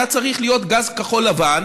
היה צריך להיות גז כחול-לבן,